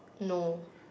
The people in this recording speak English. no